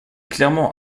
clairement